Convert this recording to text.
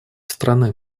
страны